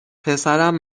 پسرم